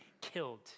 killed